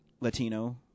Latino